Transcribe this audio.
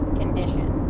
condition